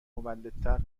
مولدتر